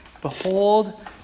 behold